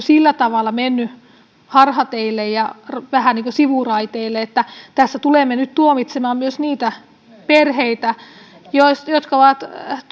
sillä tavalla mennyt harhateille ja vähän sivuraiteille että tässä tulemme nyt tuomitsemaan myös niitä perheitä jotka ovat